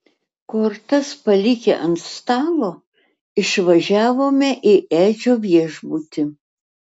kortas palikę ant stalo išvažiavome į edžio viešbutį